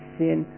sin